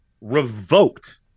revoked